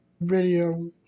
video